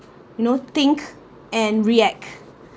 you know think and react